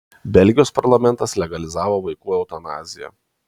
belgijos parlamentas legalizavo vaikų eutanaziją